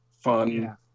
fun